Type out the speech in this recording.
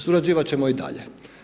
Surađivat ćemo i dalje.